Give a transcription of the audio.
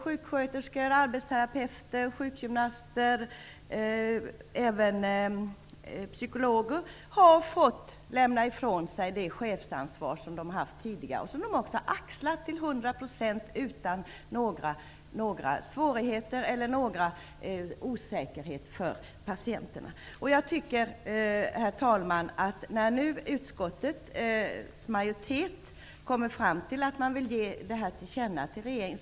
Sjuksköterskor, arbetsterapeuter, sjukgymnaster och även psykologer har fått lämna ifrån sig det chefsansvar de har haft tidigare, som de har axlat till 100 % utan några svårigheter eller osäkerhet för patienterna. Herr talman! Utskottets majoritet kommer fram till att man vill göra ett tillkännagivande till regeringen.